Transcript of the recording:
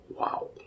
Wow